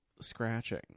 Scratching